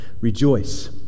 rejoice